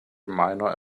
minor